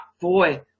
Boy